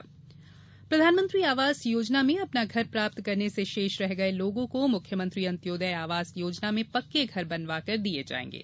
मुख्यमंत्री ने कहा कि प्रधानमंत्री आवास योजना में अपना घर प्राप्त करने से शेष रह गये लोगों को मुख्यमंत्री अंत्योदय आवास योजना में पक्के घर बनवा कर दिये जायेंगे